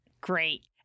Great